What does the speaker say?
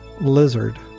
lizard